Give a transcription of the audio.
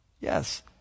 yes